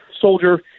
soldier